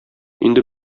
инде